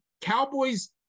Cowboys